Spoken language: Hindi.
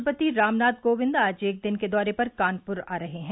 राष्ट्रपति रामनाथ कोविंद आज एक दिन के दौरे पर कानपुर आ रहे हैं